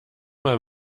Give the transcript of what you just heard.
mal